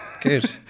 good